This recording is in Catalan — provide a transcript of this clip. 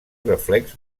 reflex